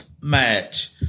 match